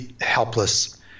helpless